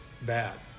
bad